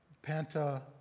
Panta